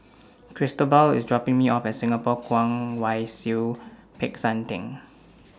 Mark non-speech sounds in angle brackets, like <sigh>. <noise> Cristobal IS dropping Me off At Singapore Kwong Wai Siew Peck San Theng